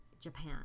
Japan